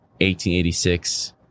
1886